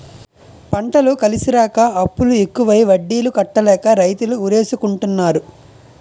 పంటలు కలిసిరాక అప్పులు ఎక్కువై వడ్డీలు కట్టలేక రైతులు ఉరేసుకుంటన్నారు